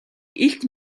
илт